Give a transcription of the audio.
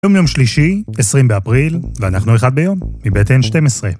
היום יום שלישי, 20 באפריל, ואנחנו אחד ביום, מבית N12.